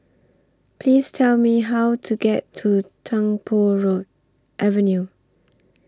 Please Tell Me How to get to Tung Po Road Avenue